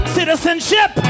Citizenship